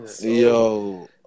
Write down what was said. Yo